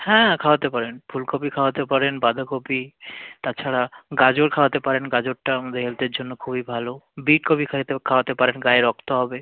হ্যাঁ খাওয়াতে পারেন ফুলকপি খাওয়াতে পারেন বাঁধাকপি তাছাড়া গাজর খাওয়াতে পারেন গাজরটা আমাদের হেলথের জন্য খুবই ভালো বিটকপি খেতে খাওয়াতে পারেন গায়ে রক্ত হবে